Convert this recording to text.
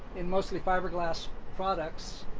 in mostly fiberglass products.